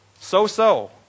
so-so